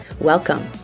Welcome